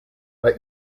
bei